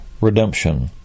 redemption